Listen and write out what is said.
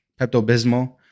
Pepto-Bismol